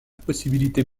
possibilité